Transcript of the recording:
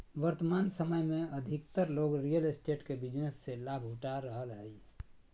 वर्तमान समय में अधिकतर लोग रियल एस्टेट के बिजनेस से लाभ उठा रहलय हइ